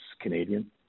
Canadian